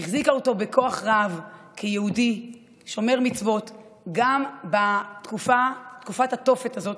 היא החזיקה אותו בכוח רב כיהודי שומר מצוות גם בתקופת התופת הזאת,